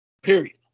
Period